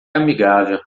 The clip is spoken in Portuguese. amigável